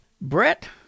Brett